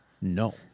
No